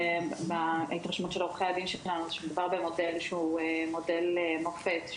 ההתרשמות של עורכי הדין שמדובר במודל שהוא מודל מופת,